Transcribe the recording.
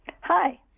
Hi